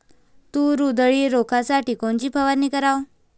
तूर उधळी रोखासाठी कोनची फवारनी कराव?